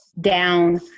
down